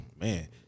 man